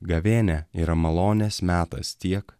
gavėnia yra malonės metas tiek